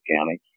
County